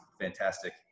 fantastic